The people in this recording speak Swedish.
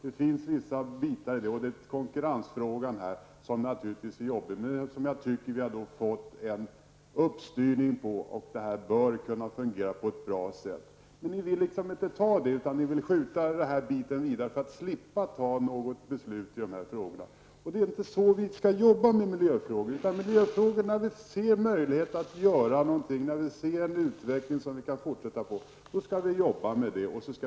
Naturligtvis är konkurrensfrågan svår att lösa, men jag tror ändå att det hela kommer att fungera på ett bra sätt. Men ni vill alltså skjuta på saker och ting för att slippa fatta ett beslut i frågan. Det är inte så vi skall arbeta med miljöfrågor. När vi ser möjligheter att göra något som kan föra utvecklingen framåt, då skall vi arbeta med det.